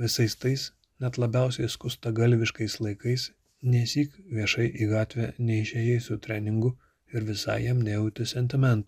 visais tais net labiausiai skustagalviškais laikais nesyk viešai į gatvę neišėjai su treningu ir visai jam nejauti sentimentų